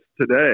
today